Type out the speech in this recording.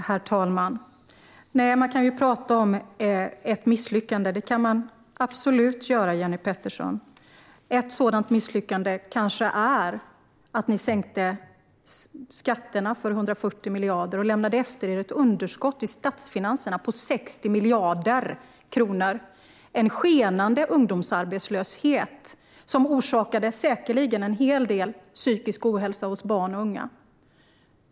Herr talman! Man kan absolut tala om ett misslyckande, Jenny Petersson. Ett sådant misslyckande kanske är att ni sänkte skatterna med 140 miljarder och lämnade efter er ett underskott i statsfinanserna på 60 miljarder kronor samt en skenande ungdomsarbetslöshet, som säkerligen orsakade en hel del psykisk ohälsa hos barn och unga.